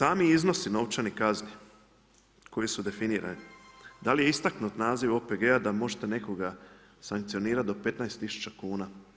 Ali sami iznosi novčanih kazni koji su definirani, da li je istaknut naziv OPG-a da možete nekoga sankcionirati do 15 tisuća kuna.